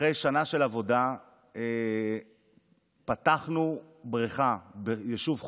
אחרי שנה של עבודה פתחנו בריכה ביישוב חורה,